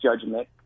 judgment